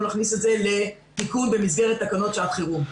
להכניס את זה לתיקון במסגרת תקנות שעת חירום.